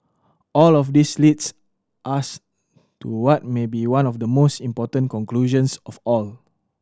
all of this leads us to what may be one of the most important conclusions of all